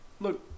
Look